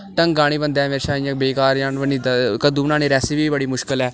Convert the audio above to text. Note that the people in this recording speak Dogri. ढंगै नै नेईं बनदा म्हेशां इ'यां बेकार जन बनी जंदा कद्दू बनाने दी रेसिपी बी बड़ी मुश्कल ऐ